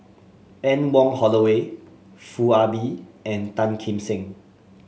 Anne Wong Holloway Foo Ah Bee and Tan Kim Seng